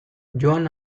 joan